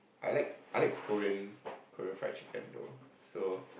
I like I like Korean Korean fried chicken though so